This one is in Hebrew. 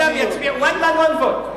כולם יצביעו, one man one vote.